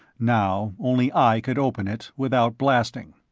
now only i could open it without blasting.